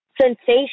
sensation